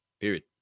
Period